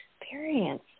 experience